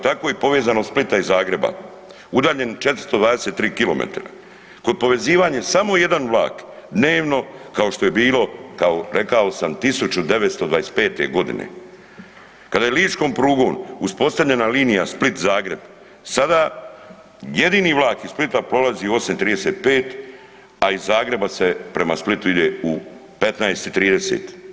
Tako je povezanost Splita i Zagreba udaljen 423 km kod povezivanja samo jedan vlak dnevno kao što je bilo rekao sam 1925.g. kada je ličkom prugom uspostavljena linije Split-Zagreb sada jedini vlak iz Splita polazi u 8,35, a iz Zagreba se prema Splitu ide u 15,30.